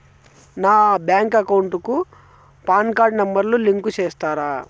నా bank account కు PAN card number ను లింకు సేస్తారా?